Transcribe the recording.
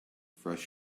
fresh